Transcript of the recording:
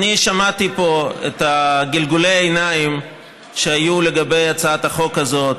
ראיתי פה את גלגולי העיניים שהיו לגבי הצעת החוק הזאת,